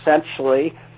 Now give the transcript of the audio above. essentially